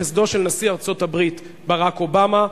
בחסדו של נשיא ארצות-הברית ברק אובמה.